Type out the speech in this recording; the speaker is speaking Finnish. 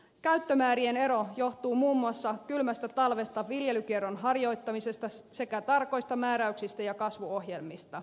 käyttömäärien ero johtuu muun muassa kylmästä talvesta viljelykierron harjoittamisesta sekä tarkoista määräyksistä ja kasvuohjelmista